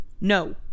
No